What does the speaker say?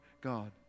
God